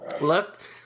Left